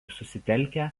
susitelkę